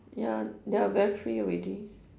ya they are very free already